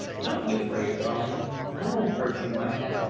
don't be afraid, darling i won't hurt you, my pet!